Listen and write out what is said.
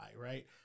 right